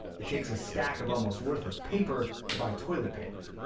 it takes a stack of almost-worthless paper to buy toilet paper.